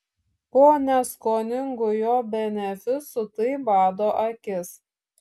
po neskoningų jo benefisų tai bado akis